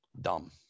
Dumb